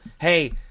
Hey